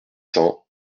cents